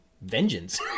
vengeance